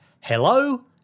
hello